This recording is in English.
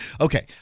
okay